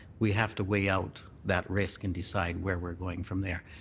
we have to weigh out that risk and decide where we're going from there.